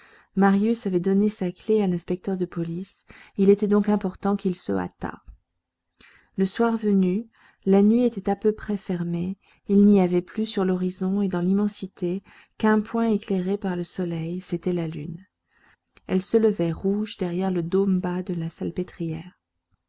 marius avait donné sa clef à l'inspecteur de police il était donc important qu'il se hâtât le soir était venu la nuit était à peu près fermée il n'y avait plus sur l'horizon et dans l'immensité qu'un point éclairé par le soleil c'était la lune elle se levait rouge derrière le dôme bas de la salpêtrière